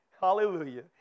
hallelujah